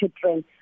children